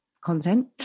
content